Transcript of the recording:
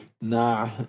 Nah